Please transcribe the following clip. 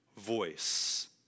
voice